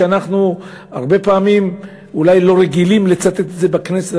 שאנחנו אולי לא רגילים לצטט את זה הרבה פעמים בכנסת,